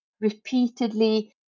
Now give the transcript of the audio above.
repeatedly